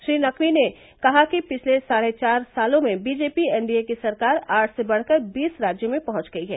श्री नकवी ने कहा कि पिछले साढ़े चार सालों में बीजेपी एनडीए की सरकार आठ से बढ़कर बीस राज्यों में पहुंच गई है